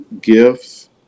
gifts